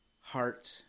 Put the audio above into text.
heart